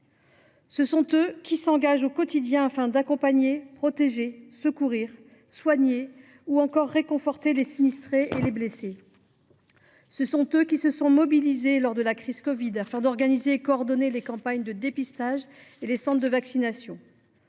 Ce sont eux qui s’engagent au quotidien afin d’accompagner, protéger, secourir, soigner ou encore réconforter les sinistrés et les blessés. Ce sont eux qui se sont mobilisés lors de la crise du covid 19 afin d’organiser et de coordonner les campagnes de dépistage et les centres de vaccination.